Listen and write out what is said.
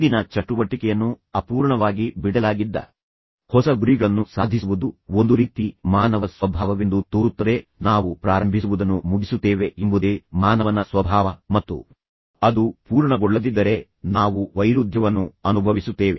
ಹಿಂದಿನ ಚಟುವಟಿಕೆಯನ್ನು ಅಪೂರ್ಣವಾಗಿ ಬಿಡಲಾಗಿದ್ದ ಹೊಸ ಗುರಿಗಳನ್ನು ಸಾಧಿಸುವುದು ಒಂದು ರೀತಿ ಮಾನವ ಸ್ವಭಾವವೆಂದು ತೋರುತ್ತದೆ ನಾವು ಪ್ರಾರಂಭಿಸುವುದನ್ನು ಮುಗಿಸುತ್ತೇವೆ ಎಂಬುದೇ ಮಾನವನ ಸ್ವಭಾವ ಮತ್ತು ಅದು ಪೂರ್ಣಗೊಳ್ಳದಿದ್ದರೆ ನಾವು ವೈರುಧ್ಯವನ್ನು ಅನುಭವಿಸುತ್ತೇವೆ